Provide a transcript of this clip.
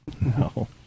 No